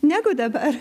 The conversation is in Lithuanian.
negu dabar